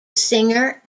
singer